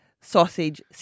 sausage